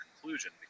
conclusion